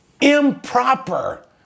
improper